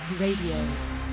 Radio